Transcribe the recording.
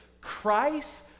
Christ